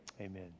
Amen